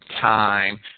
time